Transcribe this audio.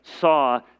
saw